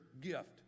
gift